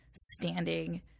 standing